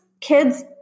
kids